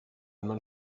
man